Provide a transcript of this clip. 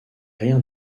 rien